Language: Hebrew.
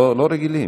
לא רגילים.